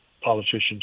politicians